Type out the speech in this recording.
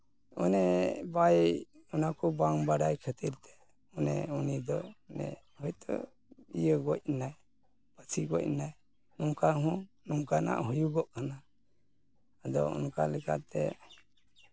ᱢᱟᱱᱮ ᱵᱟᱭ ᱚᱱᱟ ᱠᱚ ᱵᱟᱭ ᱵᱟᱲᱟᱭ ᱠᱷᱟᱹᱛᱤᱨ ᱛᱮ ᱢᱟᱱᱮ ᱩᱱᱤ ᱫᱚ ᱢᱟᱱᱮ ᱦᱚᱭᱛᱳ ᱤᱭᱟᱹ ᱜᱚᱡ ᱱᱟᱭ ᱯᱷᱟᱹᱥᱤ ᱜᱚᱡ ᱱᱟᱭ ᱚᱱᱠᱟ ᱦᱚᱸ ᱱᱚᱝᱠᱟᱱᱟᱜ ᱦᱩᱭᱩᱜᱚᱜ ᱠᱟᱱᱟ ᱟᱫᱚ ᱚᱱᱠᱟ ᱞᱮᱠᱟᱛᱮ